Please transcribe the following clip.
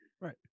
Right